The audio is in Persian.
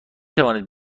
توانید